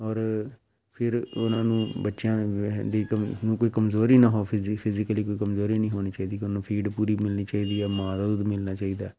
ਔਰ ਫਿਰ ਉਹਨਾਂ ਨੂੰ ਬੱਚਿਆਂ ਰਹਿੰਦੀ ਕੋਈ ਕਮਜ਼ੋਰੀ ਨਾ ਹੋ ਫਿਜ਼ੀ ਫਿਜ਼ੀਕਲੀ ਕੋਈ ਕਮਜ਼ੋਰੀ ਨਹੀਂ ਹੋਣੀ ਚਾਹੀਦੀ ਕੋਈ ਉਹਨੂੰ ਫੀਡ ਪੂਰੀ ਮਿਲਣੀ ਚਾਹੀਦੀ ਮਾਂ ਦਾ ਦੁੱਧ ਮਿਲਣਾ ਚਾਹੀਦਾ